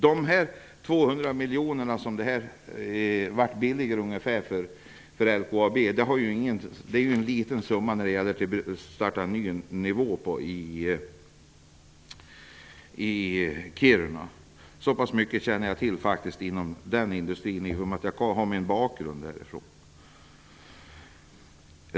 De 200 miljoner kronor som det blev billigare för LKAB är ju en liten summa i förhållande till vad det kostar att starta en ny nivå i Kiruna. Så pass mycket känner jag till om den industrin genom att jag har min bakgrund där.